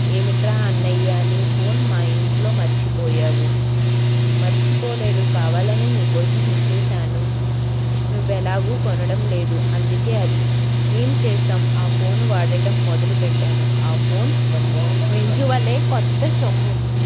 ఏమిట్రా అన్నయ్యా అని ఫోన్ మా ఇంట్లో మర్చిపోయావు మర్చిపోలేదు కావాలనే నీ కోసం ఉంచేసాను నువ్వెలాగా కొనడం లేదు అందుకే అది ఏం చేస్తాం ఆ ఫోన్ వాడటం మొదలు పెట్టాను ఆ ఫోన్ నింజువలే కొత్త సొమ్ము